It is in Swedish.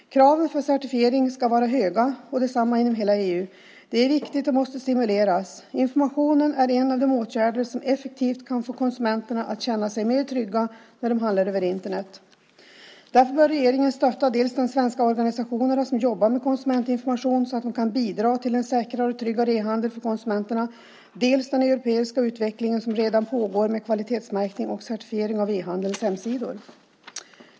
Kraven för certifiering ska vara höga och desamma inom hela EU. Det är viktigt och måste stimuleras. Information är en av de åtgärder som effektivt kan få konsumenterna att känna sig mer trygga när de handlar över Internet. Därför bör regeringen stötta dels de svenska organisationer som jobbar med konsumentinformation, så att de kan bidra till en säkrare och tryggare e-handel för konsumenterna, dels den europeiska utveckling som redan pågår med kvalitetsmärkning och certifiering av e-handelns hemsidor.